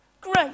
Great